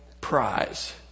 prize